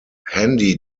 handy